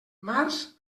març